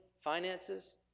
finances